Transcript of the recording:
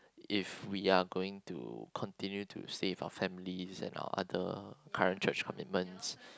if we are going to continue to save our families and our other current church commitments